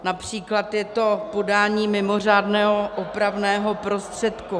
Například je to podání mimořádného opravného prostředku.